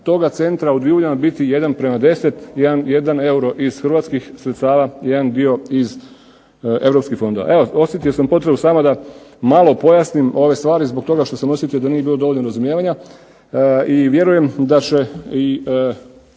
toga centra u Divuljama biti jedan prema deset; 1 euro iz hrvatskih sredstava, jedan dio iz europskih fondova. Evo, osjetio sam potrebu samo da malo pojasnim ove stvari zbog toga što sam osjetio da nije bilo dovoljno razumijevanja i vjerujem da će i